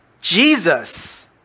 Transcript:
Jesus